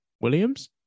Williams